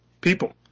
people